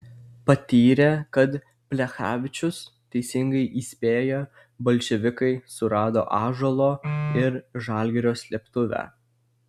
patyrė kad plechavičius teisingai įspėjo bolševikai surado ąžuolo ir žalgirio slėptuvę